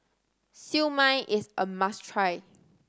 Siew Mai is a must try